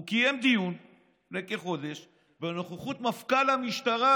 הוא קיים דיון לפני כחודש בנוכחות מפכ"ל המשטרה,